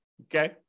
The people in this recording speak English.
okay